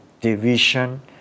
division